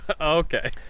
Okay